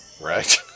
right